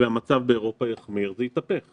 והמצב באירופה יחמיר זה יתהפך.